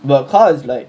but car is like